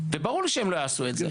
וברור לי שהם לא יעשו את זה,